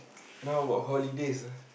how about holidays ah